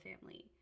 family